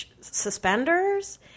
suspenders